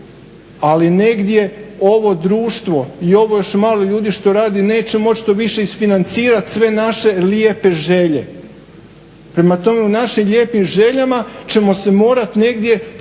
ali negdje ovo društvo i ovo još malo ljudi što radi neće moći to više isfinacirati sve naše lijepe želje. Prema tome, o našim lijepim željama ćemo se morati negdje